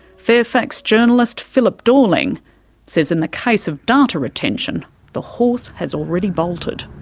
fairfax journalist philip dorling says in the case of data retention the horse has already bolted.